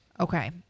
Okay